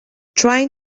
trying